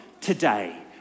today